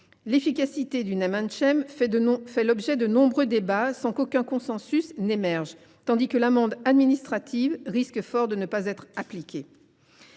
l’efficacité du fait l’objet de nombreux débats sans qu’aucun consensus émerge, tandis que l’amende administrative risque fort de ne pas être appliquée.